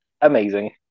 amazing